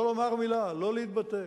לא לומר מלה, לא להתבטא.